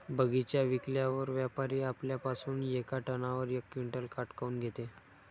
बगीचा विकल्यावर व्यापारी आपल्या पासुन येका टनावर यक क्विंटल काट काऊन घेते?